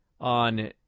on